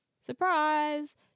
surprise